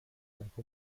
type